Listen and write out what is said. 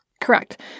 Correct